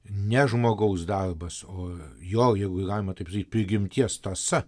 ne žmogaus darbas o jo jeigu galima taip sakyt prigimties tąsa